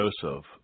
Joseph